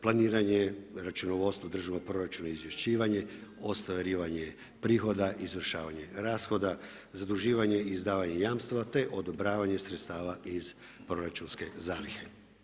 Planiran je računovodstvo državnog proračuna izvješćivanje, ostvarivanje prihoda, izvršavanje rashoda, zaduživanje i izdavanje jamstva, te odobravanje sredstava iz proračunske zalihe.